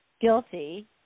guilty